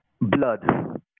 blood